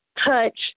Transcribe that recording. touch